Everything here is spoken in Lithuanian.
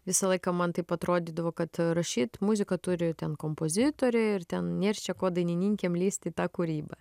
visą laiką man taip atrodydavo kad rašyt muziką turi ten kompozitoriai ir ten nėr čia ko dainininkėm lįst į tą kūrybą